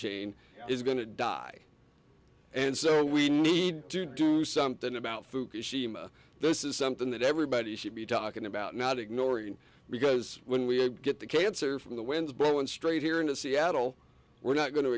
is going to die and so we need to do something about fukushima this is something that everybody should be talking about not ignoring because when we get the cancer from the winds blow in straight here in seattle we're not going to